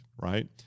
right